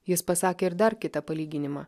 jis pasakė ir dar kitą palyginimą